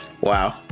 wow